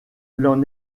l’en